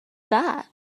that